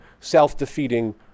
self-defeating